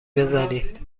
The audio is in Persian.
بزنید